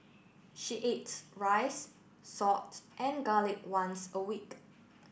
she ate rice salt and garlic once a week